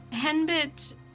henbit